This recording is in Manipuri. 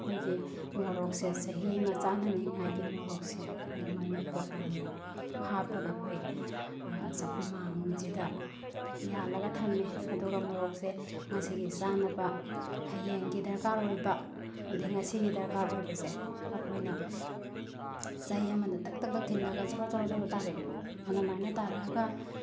ꯑꯩꯈꯣꯏꯒꯤ ꯃꯣꯔꯣꯛꯁꯦ ꯆꯍꯤ ꯑꯃ ꯆꯥꯅꯅꯤꯡꯉꯥꯏꯒꯤ ꯃꯣꯔꯣꯛꯁꯦ ꯑꯗꯨꯃꯥꯏꯅ ꯄꯣꯂꯥꯡꯗ ꯍꯥꯞꯄꯒ ꯑꯩꯈꯣꯏ ꯆꯥꯛꯈꯨꯝꯃꯥꯡꯁꯤꯗ ꯌꯥꯜꯂꯒ ꯊꯝꯃꯦ ꯑꯗꯨꯒ ꯃꯣꯔꯣꯛꯁꯦ ꯉꯁꯤꯒꯤ ꯆꯥꯅꯕ ꯍꯌꯦꯡꯒꯤ ꯗ꯭ꯔꯀꯥꯔ ꯑꯣꯏꯕ ꯑꯗꯒꯤ ꯉꯁꯤꯒꯤ ꯗ꯭ꯔꯀꯥꯔ ꯑꯣꯏꯕꯁꯦ ꯑꯩꯈꯣꯏꯅ ꯆꯩ ꯑꯃꯗ ꯇꯛ ꯇꯛ ꯇꯛ ꯊꯤꯜꯂꯒ ꯖꯣꯔꯣ ꯖꯣꯔꯣ ꯇꯥꯔꯛꯑꯦꯕ ꯑꯗꯨꯃꯥꯏꯅ ꯇꯥꯔꯛꯑꯒ